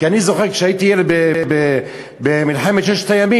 כי אני זוכר שכשהייתי ילד במלחמת ששת הימים,